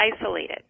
isolated